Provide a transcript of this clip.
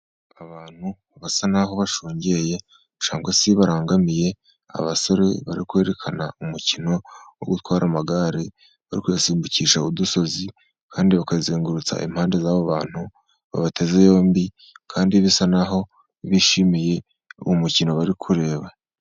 Abantu basa naho bashungeye cyangwa se barangamiye abasore bari kwerekana umukino wo gutwara amagare, bakayasimbukisha udusozi kandi bakazengurutsa impande zabo bantu babateze yombi, kandi bisa naho bishimiye uwo mukino bari kureba.